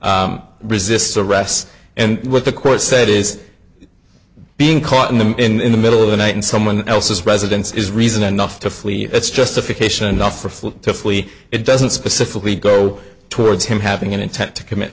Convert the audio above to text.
s resists arrest and what the court said is being caught in the in the middle of the night in someone else's residence is reason enough to flee it's justification enough for food to flee it doesn't specifically go towards him having an intent to commit